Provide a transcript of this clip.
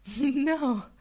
No